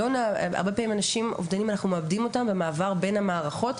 הרבה פעמים אנחנו מאבדים את האנשים האובדניים במעבר בין המערכות.